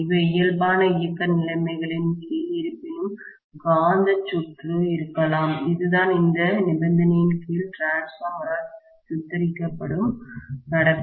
எனவே இயல்பான இயக்க நிலைமைகளின் கீழ் இருப்பினும் காந்த சுற்றுமேக்னெட்டிக் சர்க்யூட் இருக்கலாம் இதுதான் இந்த நிபந்தனையின் கீழ் டிரான்ஸ்பார்மரால் சித்தரிக்கப்படும் நடத்தை